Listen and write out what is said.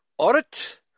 Orit